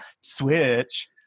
Switch